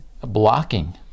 blocking